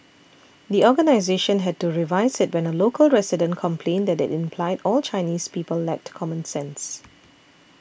the organisation had to revise it when a local resident complained that it implied all Chinese people lacked common sense